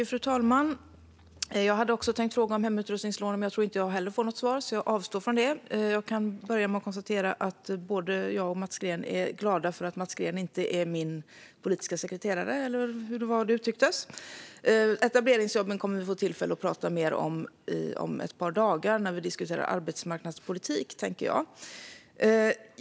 Fru talman! Jag hade också tänkt fråga om hemutrustningslånen. Jag tror dock inte att jag heller får något svar, så jag avstår från det. Jag kan börja med att konstatera att både Mats Green och jag är glada över att Mats Green inte är min politiska sekreterare, eller hur det nu var det uttrycktes. Etableringsjobben kommer vi att få tillfälle att prata mer om när vi diskuterar arbetsmarknadspolitik om ett par dagar, tänker jag.